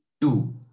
Two